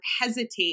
hesitate